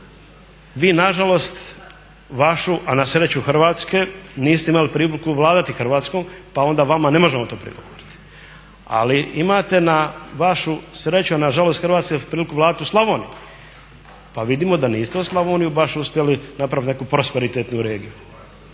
vi na žalost vašu, a na sreću Hrvatske niste imali priliku vladati Hrvatskom, pa onda vama ne možemo to prigovoriti. Ali imate na vašu sreću, na žalost Hrvatske priliku vladati u Slavoniji, pa vidimo da niste u Slavoniju baš uspjeli napraviti neku prosperitetnu regiju.